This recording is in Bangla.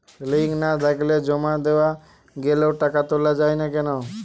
লিঙ্ক না থাকলে জমা দেওয়া গেলেও টাকা তোলা য়ায় না কেন?